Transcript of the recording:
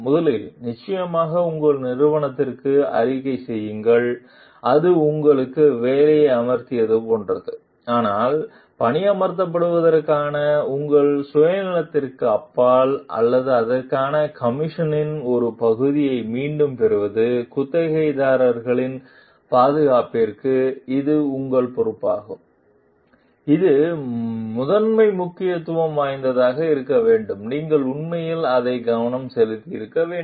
முதலில் நிச்சயமாக உங்கள் நிறுவனத்திற்கு அறிக்கை செய்யுங்கள் இது உங்களை வேலைக்கு அமர்த்தியது போன்றது ஆனால் பணியமர்த்தப்படுவதற்கான உங்கள் சுயநலத்திற்கு அப்பால் அல்லது அதற்கான கமிஷனின் ஒரு பகுதியை மீண்டும் பெறுவது குத்தகைதாரர்களின் பாதுகாப்பிற்கு இது உங்கள் பொறுப்பாகும் இது முதன்மை முக்கியத்துவம் வாய்ந்ததாக இருக்க வேண்டும் நீங்கள் உண்மையில் அதில் கவனம் செலுத்த வேண்டும்